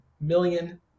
million